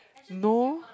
no